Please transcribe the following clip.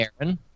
Aaron